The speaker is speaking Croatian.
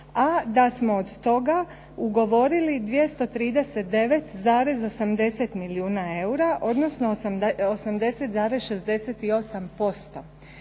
a da smo od toga ugovorili 239,80 milijuna eura odnosno 80,68%,